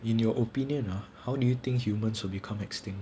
in your opinion ah how do you think humans will become extinct